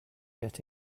get